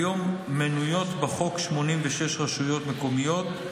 כיום מנויות בחוק 86 רשויות מקומיות.